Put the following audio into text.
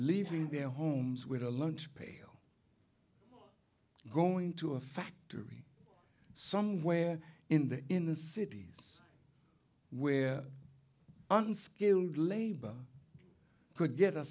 leaving their homes with a lunch pail going to a factory somewhere in the in the cities where unskilled labor could get a